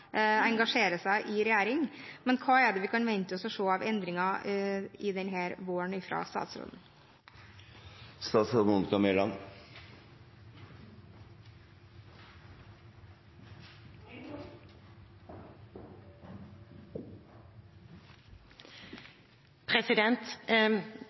seg i regjering. Men hva er det vi kan vente oss å se av endringer